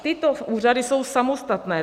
Tyto úřady jsou samostatné.